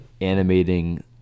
animating